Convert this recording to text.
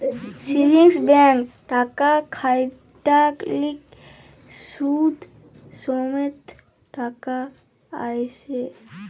savings ব্যাংকে টাকা খ্যাট্যাইলে সুদ সমেত টাকা আইসে